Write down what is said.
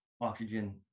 oxygen